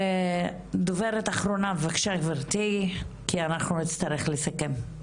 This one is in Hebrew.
דוברת אחרונה, בבקשה גבירתי כי אנחנו נצטרך לסכם.